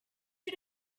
you